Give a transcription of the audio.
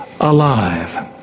alive